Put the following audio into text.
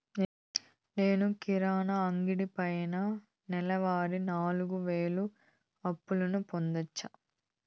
నేను కిరాణా అంగడి పైన నెలవారి నాలుగు వేలు అప్పును పొందొచ్చా?